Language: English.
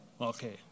Okay